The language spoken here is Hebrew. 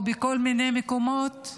או בכל מיני מקומות,